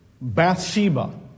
Bathsheba